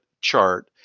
chart